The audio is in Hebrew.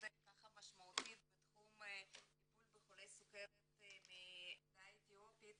משמעותית בתחום טיפול בחולי סוכרת מהעדה האתיופית.